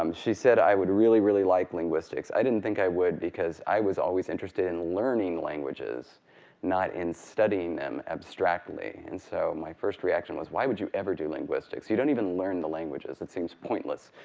um she said i would really, really like linguistics. i didn't think i would because i was always interested in learning languages not in studying them abstractly. and so my first reaction was why would you ever do linguistics? you don't even learn the languages. it seems pointless.